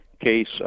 case